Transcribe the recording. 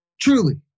truly